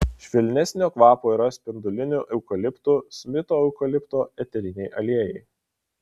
švelnesnio kvapo yra spindulinių eukaliptų smito eukalipto eteriniai aliejai